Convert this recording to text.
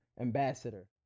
ambassador